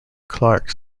clark